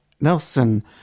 Nelson